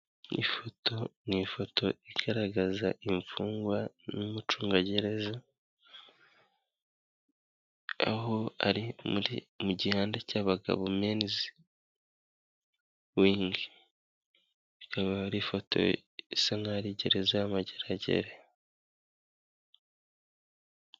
Ifoto ni ifoto igaragaza imfungwa n'umucungagereza aho ari mu gihande cy'abagabo menizi wingi, ikaba ari ifoto isa nkaho ari gereza ya mageragere.